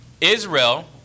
Israel